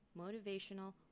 motivational